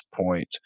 point